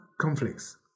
conflicts